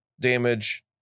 damage